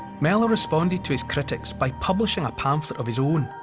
mellor responded to his critics by publishing a pamphlet of his own.